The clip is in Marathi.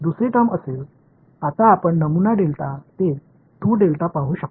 दुसरी टर्म असेल आता आपण नमुना डेल्टा ते 2 डेल्टा पाहू शकता